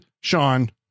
Sean